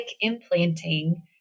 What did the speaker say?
implanting